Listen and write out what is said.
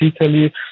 Italy